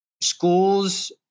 schools